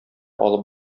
алып